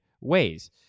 ways